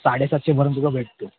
साडेसातशेपर्यंत सुद्धा भेटते